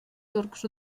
turcs